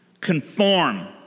conform